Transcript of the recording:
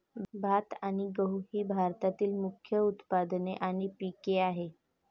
भात आणि गहू ही भारतातील प्रमुख उत्पादने आणि पिके आहेत